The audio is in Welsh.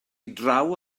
draw